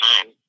time